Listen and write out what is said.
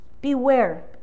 beware